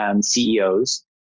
CEOs